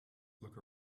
look